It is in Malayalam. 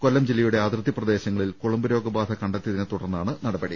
കൊല്ലം ജില്ലയുടെ അതിർത്തി പ്രദേശങ്ങളിൽ കുളമ്പുരോഗ ബാധ കണ്ടെത്തിയതിനെ തുടർന്നാണ് നടപടി